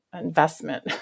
investment